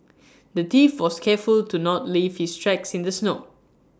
the thief was careful to not leave his tracks in the snow